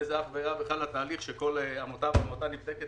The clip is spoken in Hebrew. אף על פי שאין בעולם דבר כזה שכל עמותה ועמותה נבדקת